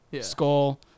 Skull